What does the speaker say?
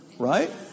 right